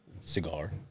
cigar